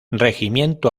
regimiento